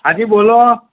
હાજી બોલો